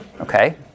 Okay